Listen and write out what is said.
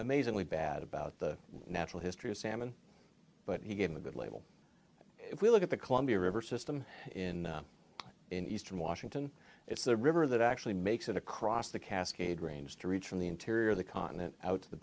amazingly bad about the natural history of salmon but he gave a good label if we look at the columbia river system in in eastern washington it's the river that actually makes it across the cascade range to reach from the interior of the continent out to the